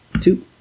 two